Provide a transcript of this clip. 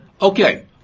Okay